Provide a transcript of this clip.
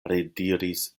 rediris